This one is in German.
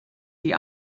die